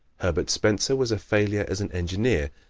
herbert spencer was a failure as an engineer,